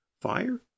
Fire